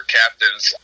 captains